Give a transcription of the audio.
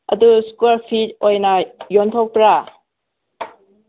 ꯑꯗꯨ square feet ꯑꯣꯏꯅ ꯌꯣꯟꯊꯣꯛꯄ꯭ꯔꯥ